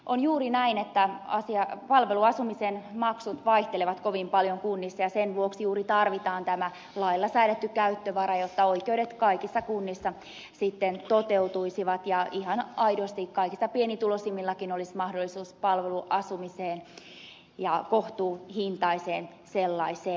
on juuri näin että palveluasumisen maksut vaihtelevat kovin paljon kunnissa ja sen vuoksi juuri tarvitaan tämä lailla säädetty käyttövara jotta oikeudet kaikissa kunnissa sitten toteutuisivat ja ihan aidosti kaikista pienituloisimmillakin olisi mahdollisuus palveluasumiseen ja kohtuuhintaiseen sellaiseen